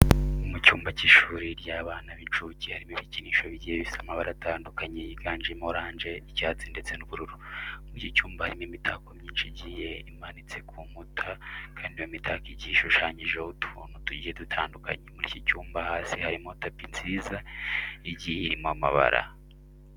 Mu cyumba cy'ishuri ry'abana b'inshuke harimo ibikinisho bigiye bifite amabara atandukanye yiganjemo oranje, icyatsi ndetse n'ubururu. Muri iki cyumba harimo imitako myinshi igiye imanitse ku nkuta kandi iyo mitako igiye ishushanyijeho utuntu tugiye dutandukanye. Muri iki cyumba hasi harimo tapi nziza igiye irimo amabara.